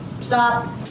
Stop